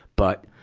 but,